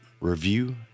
review